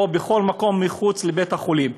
או בכל מקום מחוץ לבית-חולים,